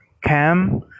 Cam